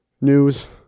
news